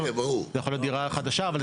זה יכול להיות דירה חדשה.